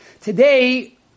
Today